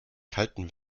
kalten